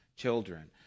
children